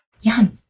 Yum